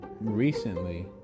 recently